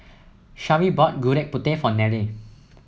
Sharee bought Gudeg Putih for Nelle